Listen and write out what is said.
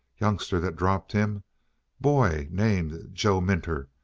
youngster that dropped him boy named joe minter.